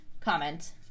comment